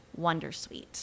Wondersuite